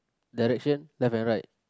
direction left and right